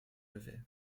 levé